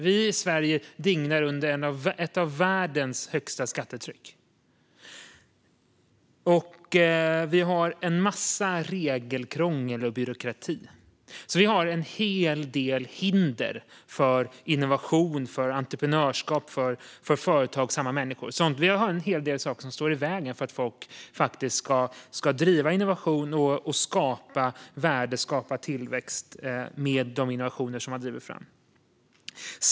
Vi i Sverige dignar under ett av världens högsta skattetryck. Vi har en massa regelkrångel och byråkrati. Därför har vi en hel del hinder för innovation för entreprenörskap och för företagsamma människor. Vi har en hel del saker som står i vägen för att folk faktiskt ska kunna driva innovation och skapa värden och tillväxt med de innovationer som drivs fram.